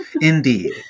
Indeed